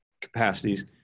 capacities